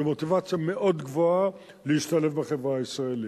ומוטיבציה מאוד גבוהה להשתלב בחברה הישראלית.